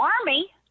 Army